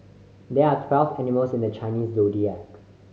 there are twelve animals in the Chinese Zodiac